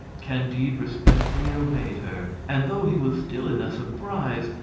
candide respectfully obeyed her, and though he was still in a surprise,